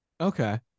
Okay